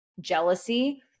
jealousy